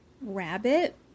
rabbit